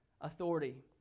authority